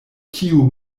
kiu